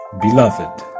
Beloved